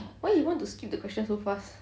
why you want to skip the question so fast